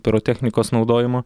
pirotechnikos naudojimo